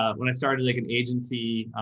ah when i started like an agency,